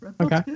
Okay